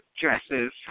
dresses